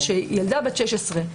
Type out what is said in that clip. שילדה בת 16,